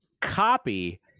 copy